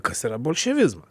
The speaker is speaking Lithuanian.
kas yra bolševizmas